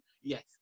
Yes